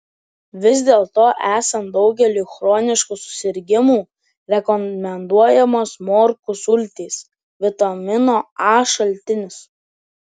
vis dėlto esant daugeliui chroniškų susirgimų rekomenduojamos morkų sultys vitamino a šaltinis